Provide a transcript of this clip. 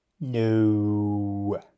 No